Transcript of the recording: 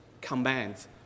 commands